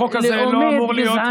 החוק הזה לא אמור להיות,